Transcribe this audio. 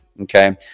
okay